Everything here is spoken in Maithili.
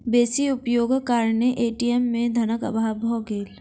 बेसी उपयोगक कारणेँ ए.टी.एम में धनक अभाव भ गेल